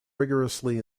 rigorously